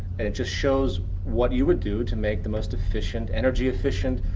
and it just shows what you would do to make the most efficient, energy efficient,